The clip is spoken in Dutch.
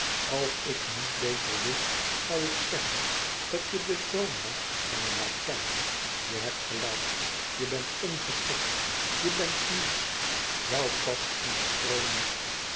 als ik niet beter wist zoû ik zeggen dat je de zoon was van een lakei je hebt gelijk je bent ongeschikt je bent niets jou past onze kroon niet